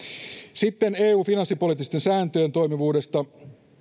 sitten eun finanssipoliittisten sääntöjen toimivuudesta